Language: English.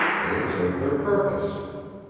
they have served their purpose.